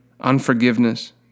unforgiveness